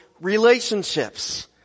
relationships